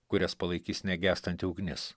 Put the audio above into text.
kurias palaikys negęstanti ugnis